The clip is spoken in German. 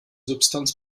substanz